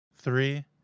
three